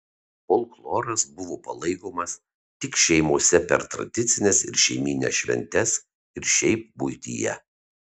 folkloras buvo palaikomas tik šeimose per tradicines ir šeimynines šventes ir šiaip buityje